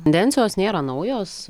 dencijos nėra naujos